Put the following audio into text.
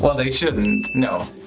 ah they shouldn't, no.